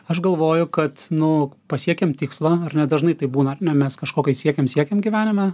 aš galvoju kad nu pasiekėm tikslą ar ne dažnai tai būna ar ne mes kažko siekiam siekiam gyvenime